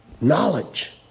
Knowledge